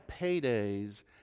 paydays